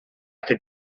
could